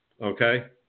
Okay